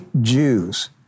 Jews